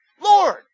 Lord